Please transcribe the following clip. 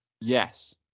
Yes